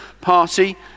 party